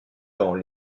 dans